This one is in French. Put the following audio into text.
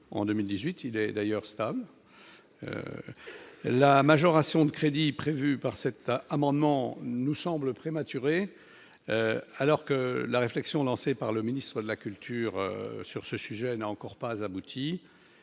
en 2018: il est d'ailleurs stable, la majoration du crédit prévu par cette amendement nous semble prématuré alors que la réflexion lancée par le ministre de la culture sur ce sujet n'a encore pas abouti